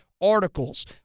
Articles